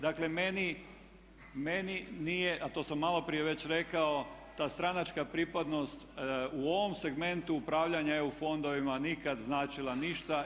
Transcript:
Dakle, meni nije, a to sam malo prije već rekao ta stranačka pripadnost u ovom segmentu upravljanja EU fondovima nikad značila ništa.